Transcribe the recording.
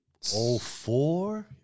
04